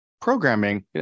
programming